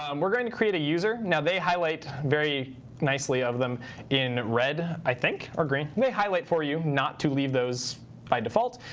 um we're going to create a user. now, they highlight very nicely of them in red, i think, or green. may highlight for you not to leave those by default.